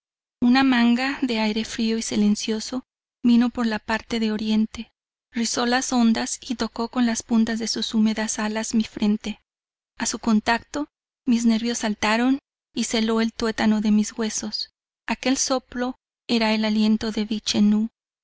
una manga de aire frío y silencioso vino por la parte de oriente rizo las ondas y toco con las puntas de sus humedad alas mi frente a su contacto mis nervios saltaron y se helo el tuétano de mis huesos aquel soplo era el aliento de